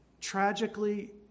tragically